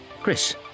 Chris